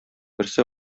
берсе